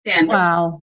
Wow